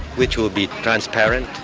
which will be transparent,